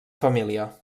família